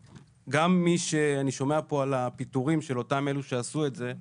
גם מי שאני שומע פה על הפיטורים של אותם אלה שעשו את זה.